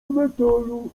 metalu